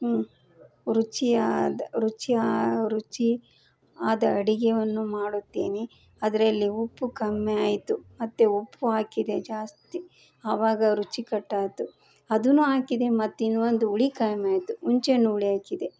ಹ್ಞೂ ರುಚಿಯಾದ ರುಚಿಯಾದ ರುಚಿ ಆದ ಅಡಿಗೆಯನ್ನು ಮಾಡುತ್ತೇನೆ ಅದರಲ್ಲಿ ಉಪ್ಪು ಕಮ್ಮಿ ಆಯಿತು ಮತ್ತೆ ಉಪ್ಪು ಹಾಕಿದೆ ಜಾಸ್ತಿ ಆವಾಗ ರುಚಿಕಟ್ಟಾಯಾತು ಅದೂನೂ ಹಾಕಿದೆ ಮತ್ತೆ ಇನ್ನೂ ಒಂದು ಹುಳಿ ಕಮ್ಮಿಯಾಯ್ತು ಹುಂಚೆ ಹಣ್ಣು ಹುಳಿ ಹಾಕಿದೆ